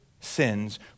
sins